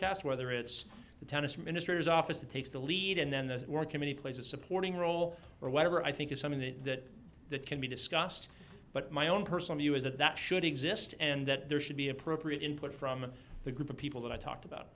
cast whether it's the tennis minister's office that takes the lead and then the work in many places supporting role or whatever i think is something that can be discussed but my own personal view is that that should exist and that there should be appropriate input from the group of people that i talked about